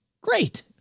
Great